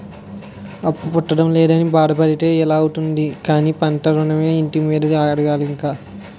అప్పు పుట్టడం లేదని బాధ పడితే ఎలా అవుతుంది కానీ పంట ఋణమో, ఇంటి మీదో అడగాలి ఇంక